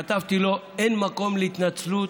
כתבתי לו: אין מקום להתנצלות,